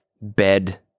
bed